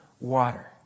water